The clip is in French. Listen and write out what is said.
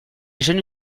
jeune